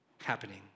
happening